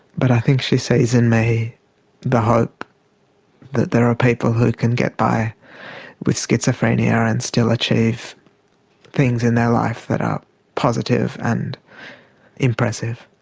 but i think she sees in me the hope that there are people who can get by with schizophrenia and still achieve things in their life that are positive and impressive.